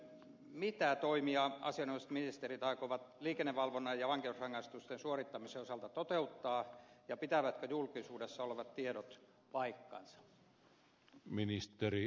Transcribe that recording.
mitä toimia asianomaiset ministerit aikovat liikennevalvonnan ja vankeusrangaistusten suorittamisen osalta toteuttaa ja pitävätkö julkisuudessa olevat tiedot paikkansa